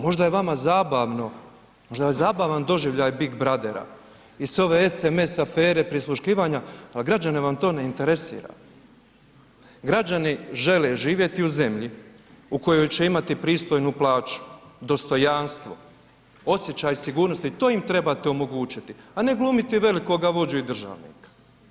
Možda je vama zabavno, možda vam je zabavan doživljaj big brothera i sve ove SMS afere prisluškivanja, al građane vam to ne interesira, građani žele živjeti u zemlji u kojoj će imati pristojnu plaću, dostojanstvo, osjećaj sigurnosti, to im trebate omogućiti, a ne glumiti velikoga vođu i državnika.